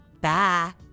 Bye